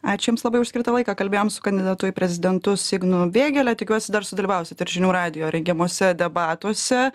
ačiū jums labai už skirtą laiką kalbėjom su kandidatu į prezidentus ignu vėgėle tikiuosi dar sudalyvausit ir žinių radijo rengiamuose debatuose